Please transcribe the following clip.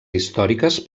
històriques